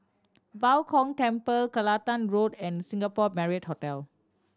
Bao Gong Temple Kelantan Road and Singapore Marriott Hotel